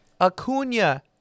Acuna